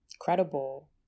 credible